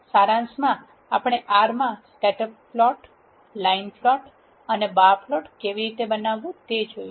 સારાંશમાં આપણે R માં સ્કેટર પ્લોટ લાઇન પ્લોટ અને બાર પ્લોટ કેવી રીતે બનાવવું તે જોયું